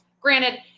Granted